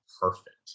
perfect